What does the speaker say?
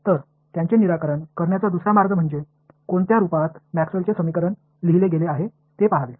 तर त्यांचे निराकरण करण्याचा दुसरा मार्ग म्हणजे कोणत्या रूपात मॅक्सवेलचे समीकरण लिहिले गेले आहे ते पाहावे